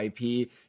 IP